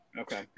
Okay